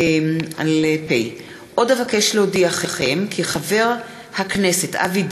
מאת חבר הכנסת מיקי לוי,